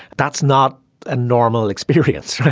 that's not a normal experience.